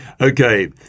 Okay